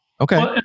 Okay